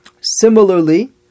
Similarly